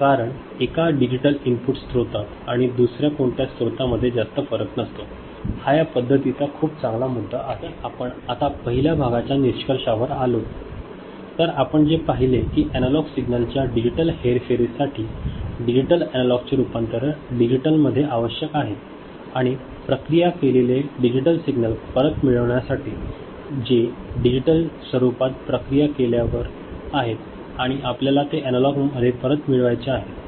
कारण एका digital input स्त्रोत आणि दुसरा कोणता स्त्रोत मध्ये जास्त फरक नसतो हा या पद्धतीचा खूप चान्गला मुद्दा आहे तर आपण आता पाहिल्या भागाच्या निष्कर्षावर आलो तर आपण जे पाहिले की एनालॉग सिग्नलच्या डिजिटल हेरफेरसाठी डिजिटल अॅनालॉग चे रूपांतरणात डिजिटल मध्ये आवश्यक आहे आणि प्रक्रिया केलेले डिजिटल सिग्नल परत मिळविण्यासाठी जे डिजिटल स्वरूपात प्रक्रिया केल्यावर आहे आणि आपल्याला ते अॅनालॉगमध्ये परत मिळवायचे आहे